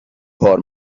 کار